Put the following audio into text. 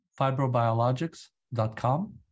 fibrobiologics.com